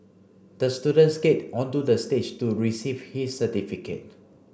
the student skated onto the stage to receive his certificate